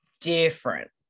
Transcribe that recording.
Different